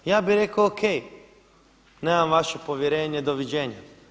Ja bih rekao o.k. Nemam vaše povjerenje, doviđenja!